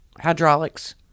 Hydraulics